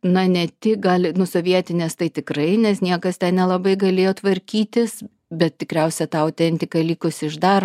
na ne tik gal sovietinės tai tikrai nes niekas ten nelabai galėjo tvarkytis bet tikriausia ta autentika likusi iš dar